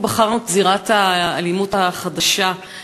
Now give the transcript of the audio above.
אנחנו בחרנו את זירת האלימות החדשה-ישנה,